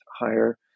higher